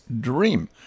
dream